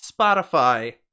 Spotify